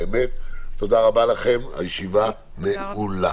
תודה רבה לכם, הישיבה נעולה.